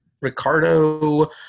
Ricardo